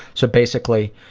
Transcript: so basically